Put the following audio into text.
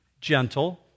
gentle